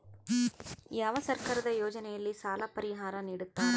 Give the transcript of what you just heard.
ಯಾವ ಸರ್ಕಾರದ ಯೋಜನೆಯಲ್ಲಿ ಸಾಲ ಪರಿಹಾರ ನೇಡುತ್ತಾರೆ?